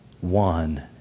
one